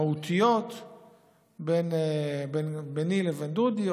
מהותיות ביני לבין דודי,